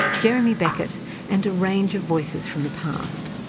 jeremy beckett and a range of voices from the past.